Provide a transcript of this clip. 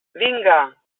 vinga